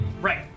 Right